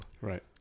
right